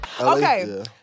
Okay